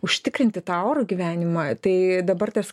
užtikrinti tą orų gyvenimą tai dabar ties